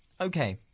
okay